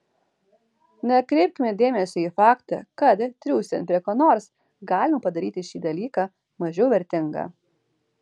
nekreipkime dėmesio į faktą kad triūsiant prie ko nors galima padaryti šį dalyką mažiau vertingą